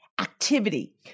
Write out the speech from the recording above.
Activity